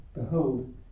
behold